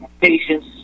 patience